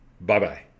Bye-bye